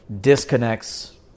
disconnects